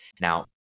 Now